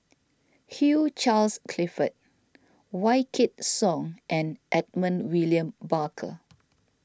Hugh Charles Clifford Wykidd Song and Edmund William Barker